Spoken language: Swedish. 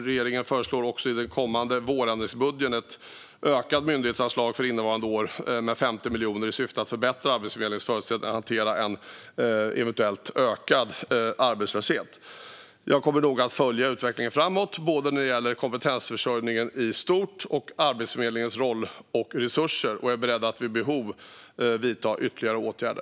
Regeringen föreslår också i den kommande vårändringsbudgeten att myndighetens anslag för 2023 ökar med 50 miljoner kronor i syfte att förbättra Arbetsförmedlingens förutsättningar att hantera en eventuell ökad arbetslöshet. Jag kommer noga att följa utvecklingen framåt, både när det gäller kompetensförsörjningen i stort och Arbetsförmedlingens roll och resurser, och är beredd att vid behov vidta ytterligare åtgärder.